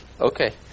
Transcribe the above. Okay